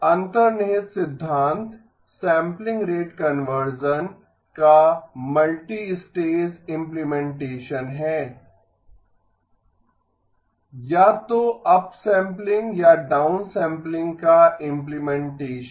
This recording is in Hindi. अंतर्निहित सिद्धांत सैंपलिंग रेट कन्वर्शन का मल्टीस्टेज इम्प्लीमेंटेसन है या तो अपसैंपलिंग या डाउनसैंपलिंग का इम्प्लीमेंटेसन